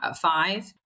five